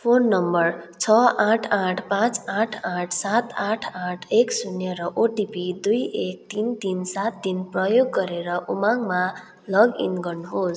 phone number छ आठ आठ पाँच आठ आठ सात आठ आठ एक शून्य र ओटिपी दुई एक तिन तिन सात तिन प्रयोग गरेर उमङ्गमा लगइन गर्नुहोस्